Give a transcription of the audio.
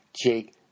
Jake